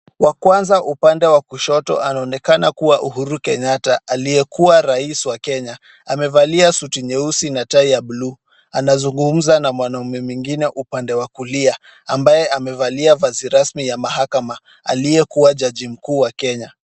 Wa kwanza upande wa kushoto anaonekana kuwa Uhuru Kenyatta aliyekuwa rais wa Kenya. Amevalia suti nyeusi na tai ya buluu. Anazungumza na mwanaume mwingine upande wa kulia, ambaye amevalia vazi rasmi ya mahakama, aliyekuwa jaji mkuu wa Kenya.